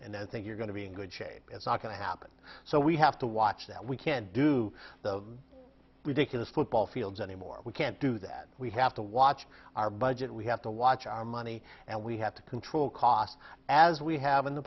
i think you're going to be in good shape it's not going to happen so we have to watch that we can't do the ridiculous football fields anymore we can't do that we have to watch our budget we have to watch our money and we have to control costs as we have in the